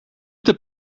the